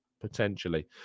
potentially